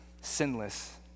sinless